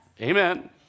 Amen